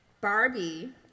Barbie